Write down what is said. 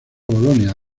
bolonia